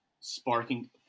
sparking